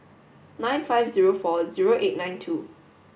nine five zero four zero eight nine two